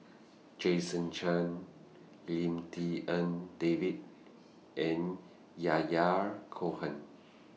Jason Chan Lim Tik En David and Yahya Cohen